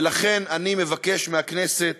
ולכן אני מבקש מהכנסת